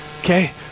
Okay